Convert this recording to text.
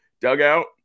dugout